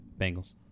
Bengals